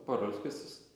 parulskis jis